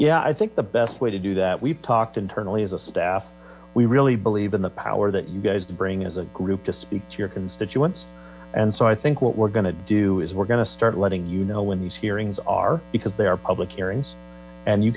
yeah i think the best way to do that we've talked internally as a staff we really believe in the power that you guys to bring as a group to speak to your constituents and so i think what we're going to do is we're going to start letting you know when these hearings are because they are public hearings and you